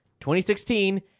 2016